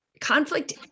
conflict